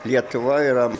lietuva yra